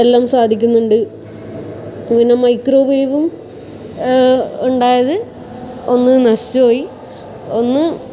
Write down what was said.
എല്ലാം സാധിക്കുന്നുണ്ട് പിന്ന മൈക്രോവേവും ഉണ്ടായത് ഒന്ന് നശിച്ച് പോയി ഒന്ന്